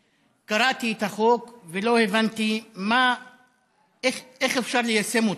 שקראתי את החוק, ולא הבנתי איך אפשר ליישם אותו.